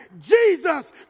Jesus